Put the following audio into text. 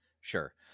Sure